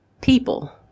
people